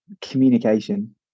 communication